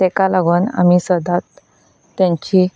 ताका लागून आमी सदांच तेंची